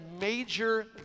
major